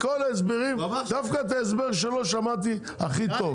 מכל ההסברים דווקא את ההסבר שלו שמעתי הכי טוב,